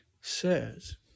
says